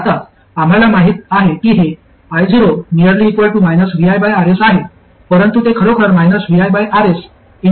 आता आम्हाला माहित आहे की हे io viRs आहे परंतु ते खरोखर - viRsgmgmGs आहे